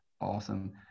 Awesome